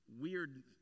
weird